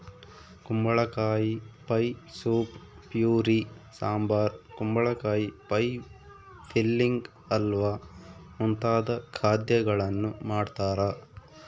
ಕುಂಬಳಕಾಯಿ pie soup puree sambar ಕುಂಬಳಕಾಯಿ pie filling halwa ಮುಂತಾದ ಖಾದ್ಯಗಳನ್ನು ಮಾಡ್ತಾರ